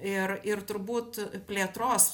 ir ir turbūt plėtros